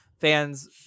fans